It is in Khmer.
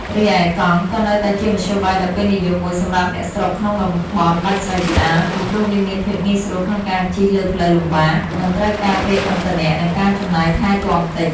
រីឯ កង់ក៏នៅតែជាមធ្យោបាយដ៏ពេញនិយមមួយសម្រាប់អ្នកស្រុកក្នុងតំបន់ដាច់ស្រយាល ពីព្រោះវាមានភាពងាយស្រួលក្នុងការជិះលើផ្លូវលំបាក មិនត្រូវការប្រេងឥន្ធនៈ និងការចំណាយថែទាំតិច។